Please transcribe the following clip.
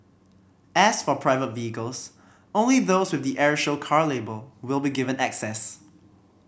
as for private vehicles only those with the air show car label will be given access